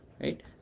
right